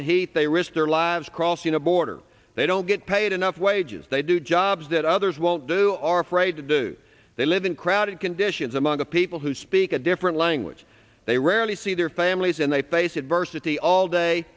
the heat they risk their lives crossing the border they don't get paid enough wages they do jobs that others won't do are afraid to do they live in crowded conditions among the people who speak a different language they rarely see their families and they face adversity all day